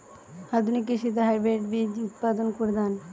আধুনিক কৃষিতে হাইব্রিড বীজ উৎপাদন প্রধান